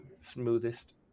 smoothest